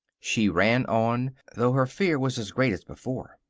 she ran on, though her fear was as great as before.